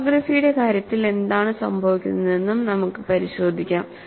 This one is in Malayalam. ഹോളോഗ്രാഫിയുടെ കാര്യത്തിൽ എന്താണ് സംഭവിക്കുന്നതെന്നും നമുക്ക് പരിശോധിക്കാം